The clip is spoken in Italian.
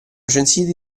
censiti